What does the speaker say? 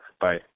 Bye